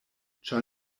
ĉar